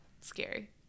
scary